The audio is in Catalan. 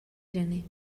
gener